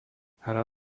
hra